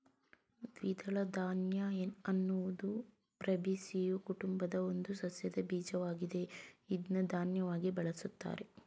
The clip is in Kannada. ದ್ವಿದಳ ಧಾನ್ಯ ಅನ್ನೋದು ಫ್ಯಾಬೇಸಿಯೊ ಕುಟುಂಬದ ಒಂದು ಸಸ್ಯದ ಬೀಜವಾಗಿದೆ ಇದ್ನ ಧಾನ್ಯವಾಗಿ ಬಳುಸ್ತಾರೆ